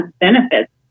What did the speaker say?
benefits